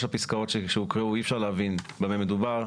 הפסקאות שהוקראו אי אפשר להבין במה מדובר,